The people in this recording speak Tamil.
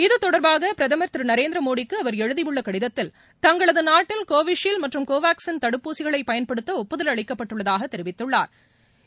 இது தொடர்பாக பிரதம் திருநரேந்திரமோடிக்குஅவர் எழுதியுள்ளகடிதத்தில் தங்களதுநாட்டில் கோவிஷீவ்ட் மற்றும் கோவேக்ஸின் தடுப்பூசிகளைபயன்படுத்தஒப்புதல் அளிக்கப்பட்டுள்ளதாகதெரிவித்துள்ளாா்